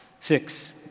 Six